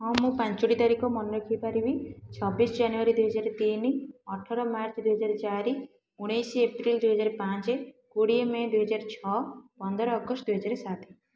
ହଁ ମୁଁ ପାଞ୍ଚଟି ତାରିଖ ମନେ ରଖିପାରିବି ଛବିଶ ଜାନୁଆରୀ ଦୁଇହଜାର ତିନି ଅଠର ମାର୍ଚ୍ଚ ଦୁଇହଜାର ଚାରି ଉଣେଇଶ ଏପ୍ରିଲ ଦୁଇହଜାର ପାଞ୍ଚ କୋଡ଼ିଏ ମେ' ଦୁଇହଜାର ଛଅ ପନ୍ଦର ଅଗଷ୍ଟ ଦୁଇହାଜର ସାତ